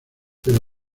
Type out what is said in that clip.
pero